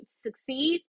succeed